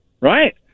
right